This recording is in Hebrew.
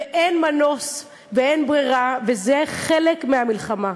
ואין מנוס, ואין ברירה, וזה חלק מהמלחמה.